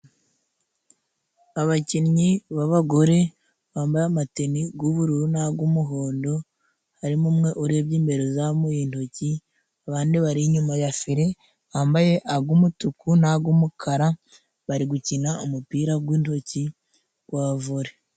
Abakinnyi b'abagore bambaye amateni g'ubururu n'ag'umuhondo, harimo umwe urebye imbere, uzamuye intoki, abandi bari inyuma ya file bambaye ag'umutuku n'ag'umukara, bari gukina umupira g'intoki gwa vole.